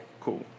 cool